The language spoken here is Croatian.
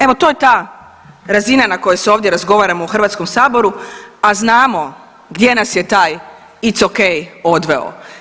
Evo to je ta razina na kojoj se ovdje razgovaramo u Hrvatskom saboru, a znamo gdje nas je taj it's ok odveo.